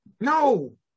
No